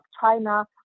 China